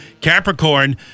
Capricorn